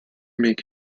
make